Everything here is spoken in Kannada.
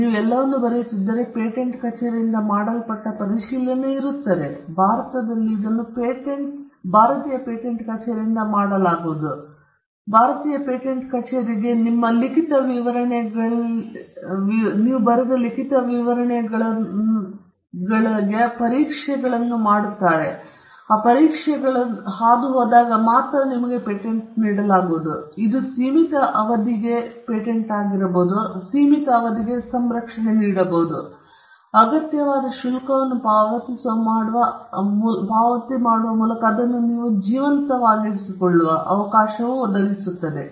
ನೀವು ಎಲ್ಲವನ್ನೂ ಬರೆಯುತ್ತಿದ್ದರೆ ಪೇಟೆಂಟ್ ಕಚೇರಿಯಿಂದ ಮಾಡಲ್ಪಟ್ಟ ಪರಿಶೀಲನೆ ಇರುತ್ತದೆ ಭಾರತದಲ್ಲಿ ಇದನ್ನು ಭಾರತೀಯ ಪೇಟೆಂಟ್ ಕಚೇರಿಯಿಂದ ಮಾಡಲಾಗುವುದು ಮತ್ತು ಭಾರತೀಯ ಪೇಟೆಂಟ್ ಕಚೇರಿ ನಿಮ್ಮ ಲಿಖಿತ ವಿವರಣೆಗೆ ಒಳಪಟ್ಟಿರುತ್ತದೆ ಎಂದು ನೀವು ಪರೀಕ್ಷೆಗಳಲ್ಲಿ ಹಾದುಹೋದಾಗ ಮಾತ್ರ ನಿಮಗೆ ಪೇಟೆಂಟ್ ನೀಡಲಾಗುವುದು ಇದು ನಿಮಗೆ ಸೀಮಿತ ಅವಧಿಗೆ ಶೀರ್ಷಿಕೆ ಮತ್ತು ಸಮಯಕ್ಕೆ ಸಂರಕ್ಷಣೆ ನೀಡುತ್ತದೆ ನೀವು ಅಗತ್ಯವಾದ ಶುಲ್ಕವನ್ನು ಪಾವತಿಸುವ ಮೂಲಕ ಅದನ್ನು ಜೀವಂತವಾಗಿರಿಸಿಕೊಳ್ಳುವಂತೆ ಒದಗಿಸುತ್ತದೆ